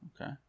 Okay